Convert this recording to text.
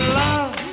love